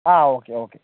A ഒക്കെ ഒക്കെ